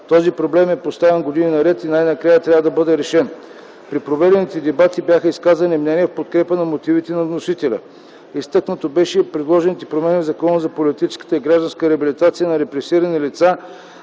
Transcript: Този проблем е поставян години наред и най-накрая трябва да бъде решен. При проведените дебати бяха изказани мнения в подкрепа на мотивите на вносителя. Изтъкнато бе, че предложените промени в Закона за политическа и гражданска реабилитация на репресирани лица